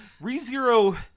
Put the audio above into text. ReZero